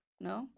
No